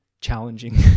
challenging